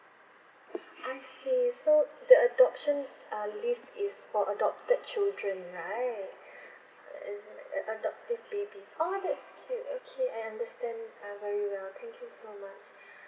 I see so the adoption uh leave is for adopted children right as in like uh uh adoptive babies oh that's cute okay I understand uh very well thank you so much